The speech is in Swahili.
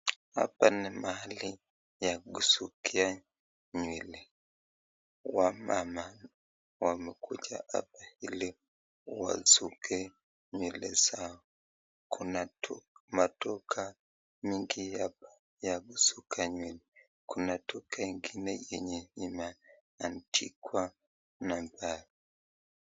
Hapa ni mahali ya kusukia nywele. Wamama wamekuja hapa ili wasuke nywele zao. Kuna maduka nyingi hapa ya kusuka nywele. Kuna duka ingine yenye imeandikwa namba.